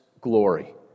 glory